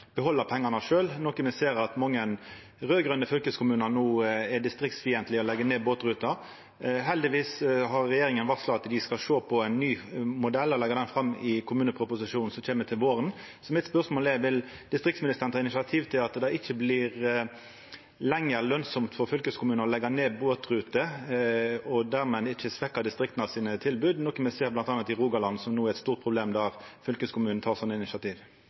behalda pengane sjølve, men me ser no at mange raud-grøne fylkeskommunar er distriktsfiendtlege og legg ned båtruter. Heldigvis har regjeringa varsla at dei skal sjå på ein ny modell og leggja han fram i kommuneproposisjonen som kjem til våren. Mitt spørsmål er: Vil distriktsministeren ta initiativ til at det ikkje lenger blir lønsamt for fylkeskommunar å leggja ned båtruter og dermed svekkja tilbodet i distrikta? Me ser dette bl.a. i Rogaland, der det er eit stort problem når fylkeskommunen tek slike initiativ.